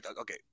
okay